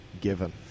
given